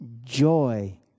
joy